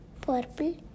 purple